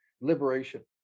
liberation